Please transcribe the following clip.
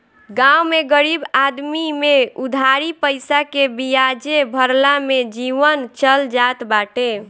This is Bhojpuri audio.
गांव में गरीब आदमी में उधारी पईसा के बियाजे भरला में जीवन चल जात बाटे